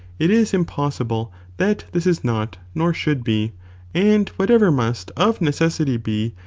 it is impossible that this is not, nor should be and whatever must of necessity be,